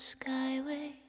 skyway